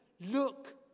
look